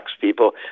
people